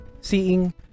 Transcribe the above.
seeing